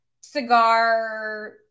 cigar